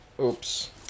Oops